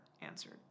answered